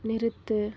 நிறுத்து